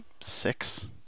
six